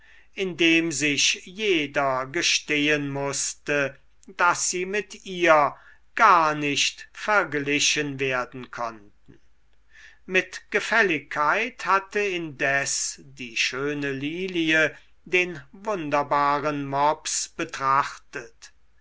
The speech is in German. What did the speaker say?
indem sich jeder gestehen mußte daß sie mit ihr gar nicht verglichen werden konnten mit gefälligkeit hatte indes die schöne lilie den wunderbaren mops betrachtet